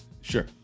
Sure